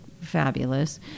fabulous